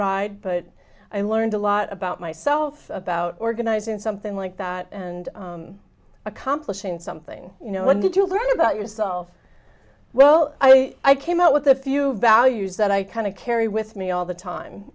ride but i learned a lot about myself about organizing something like that and accomplishing something you know what did you learn about yourself well i came up with a few values that i kind of carry with me all the time